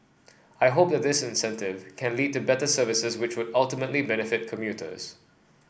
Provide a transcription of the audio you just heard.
I hope this incentive can lead to better services which would ultimately benefit commuters